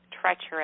treacherous